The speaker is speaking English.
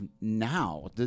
now